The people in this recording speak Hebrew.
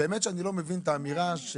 שאני לא מבין את העלויות.